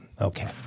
okay